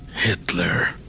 hitler